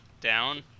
down